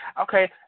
Okay